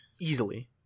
easily